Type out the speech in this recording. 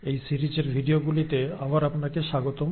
এই সিরিজের ভিডিওগুলিতে আবার আপনাকে স্বাগতম